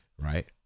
Right